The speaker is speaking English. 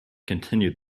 continued